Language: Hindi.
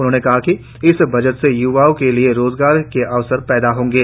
उन्होंने कहा कि इस बजट से य्वाओं के लिए रोजगार के अवसर पैदा होंगे